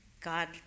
God